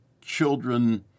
children